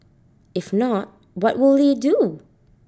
if not what will they do